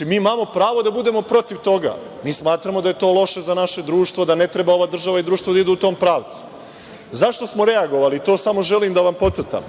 Mi imamo pravo da budemo protiv toga. Mi smatramo da je to loše za naše društvo, da ne treba ova država i društvo da idu u tom pravcu.Zašto smo reagovali, to samo želim da vam podcrtam?